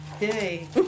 Yay